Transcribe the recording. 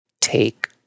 take